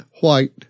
white